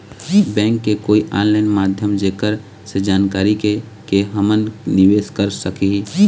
Bank के कोई online माध्यम जेकर से जानकारी के के हमन निवेस कर सकही?